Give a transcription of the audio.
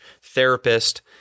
therapist